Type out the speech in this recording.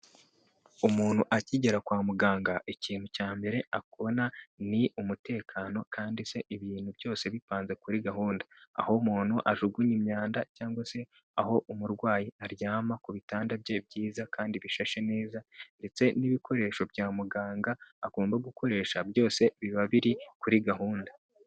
Umuntu akigera kwa muganga, ikintu cya mbere akora ni umutekano kandi se ibintu byose bipanze kuri gahunda, aho umuntu ajugunya imyanda cyangwa se aho umurwayi aryama ku bitanda bye byiza kandi bishashe neza ndetse n'ibikoresho bya muganga agomba gukoresha, byose biba biri kuri gahunda.